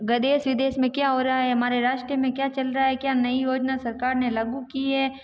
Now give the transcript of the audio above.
गदेश विदेश में क्या हो रहा है हमारे राष्ट्र में क्या चल रहा है क्या नई योजना सरकार ने लागू की है